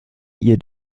ihr